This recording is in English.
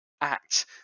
act